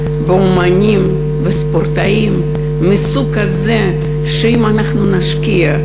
באמנים וספורטאים מסוג כזה שאם אנחנו נשקיע,